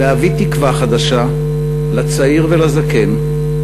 להביא תקווה חדשה לצעיר ולזקן,